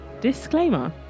Disclaimer